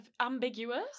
ambiguous